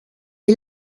est